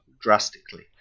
drastically